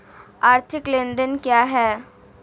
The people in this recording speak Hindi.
आर्थिक लेनदेन क्या है?